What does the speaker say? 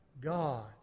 God